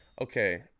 Okay